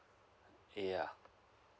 yeah